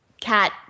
cat